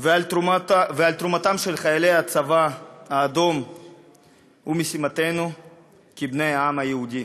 ולמידת תרומתם של חיילי הצבא האדום הם משימתנו כבני העם היהודי.